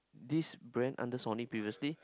this brand under Sony previously